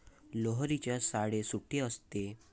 लोहरीला शाळेत सुट्टी असते